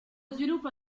sviluppo